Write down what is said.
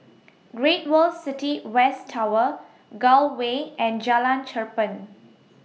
Great World City West Tower Gul Way and Jalan Cherpen